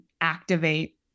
activate